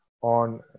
on